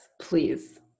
please